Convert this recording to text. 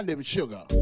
sugar